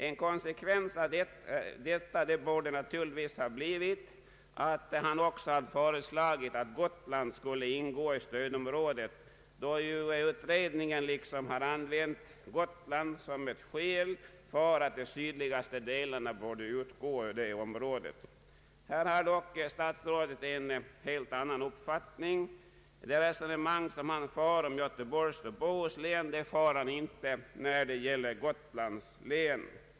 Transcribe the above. En konsekvens av detta borde naturligtvis ha blivit att statsrådet också föreslagit att Gotland skulle ingå i stödområdet, då utredningen liksom har använt Gotland som ett skäl för att de sydligaste delarna borde utgå ur stödområdet. Här har dock statsrådet en helt annan uppfattning. Det resonemang han för om Göteborgs och Bohus län för han inte när det gäller Gotlands län.